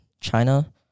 China